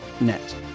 net